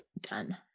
done